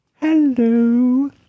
Hello